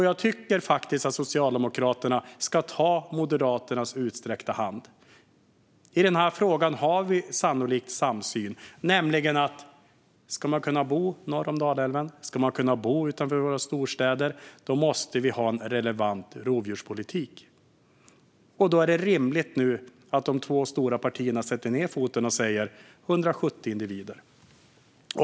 Jag tycker att Socialdemokraterna ska ta Moderaternas utsträckta hand. I den här frågan har vi sannolikt samsyn. Ska man kunna bo norr om Dalälven, ska man kunna bo utanför våra storstäder, måste vi ha en relevant rovdjurspolitik. Det är nu rimligt att de två stora partierna sätter ned foten och säger 170 individer.